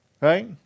Right